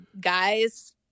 guys